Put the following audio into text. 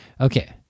Okay